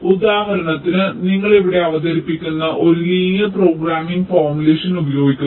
ഉദാഹരണത്തിന് നിങ്ങൾ ഇവിടെ അവതരിപ്പിക്കുന്ന ഒരു ലീനിയർ പ്രോഗ്രാമിംഗ് ഫോർമുലേഷൻ ഉപയോഗിക്കുന്നു